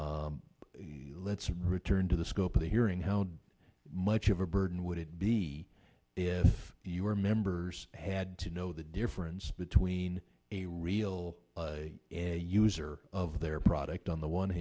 let's return to the scope of the hearing how much of a burden would it be if you were members had to know the difference between a real user of their product on the one